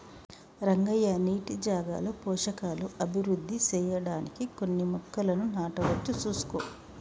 రంగయ్య నీటి జాగాలో పోషకాలు అభివృద్ధి సెయ్యడానికి కొన్ని మొక్కలను నాటవచ్చు సూసుకో